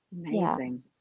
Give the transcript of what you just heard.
Amazing